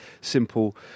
simple